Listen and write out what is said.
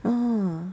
orh